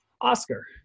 Oscar